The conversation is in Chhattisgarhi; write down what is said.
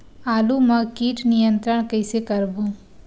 आलू मा कीट नियंत्रण कइसे करबो?